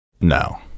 No